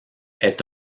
est